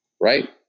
right